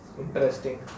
Interesting